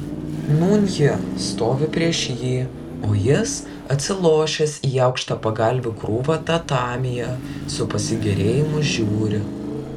nūn ji stovi prieš jį o jis atsilošęs į aukštą pagalvių krūvą tatamyje su pasigėrėjimu žiūri